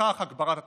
ובכך הגברת התחרות.